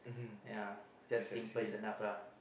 ya just simple is enough lah